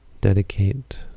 dedicate